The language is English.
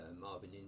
Marvin